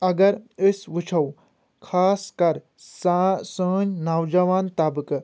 اگر أسۍ وُچھو خاص کر سأنۍ نوجوان طبقہٕ